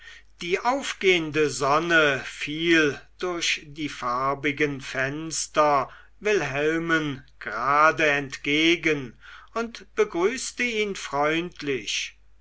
die aufgehende sonne fiel durch die farbigen fenster wilhelmen gerade entgegen und begrüßte ihn freundlich